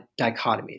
dichotomies